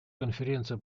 конференция